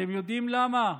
אתם יודעים למה?